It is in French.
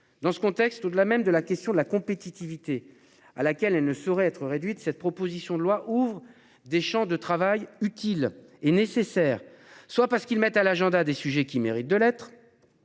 Dans ce contexte de la même de la question de la compétitivité à laquelle elle ne saurait être réduite cette proposition de loi ouvre des champs de travail utile et nécessaire, soit parce qu'ils mettent à l'agenda des sujets qui méritent de l'être.